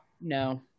No